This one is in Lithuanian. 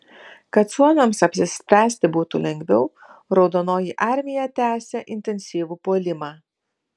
kad suomiams apsispręsti būtų lengviau raudonoji armija tęsė intensyvų puolimą